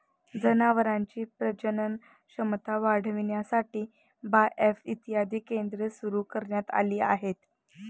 जनावरांची प्रजनन क्षमता वाढविण्यासाठी बाएफ इत्यादी केंद्रे सुरू करण्यात आली आहेत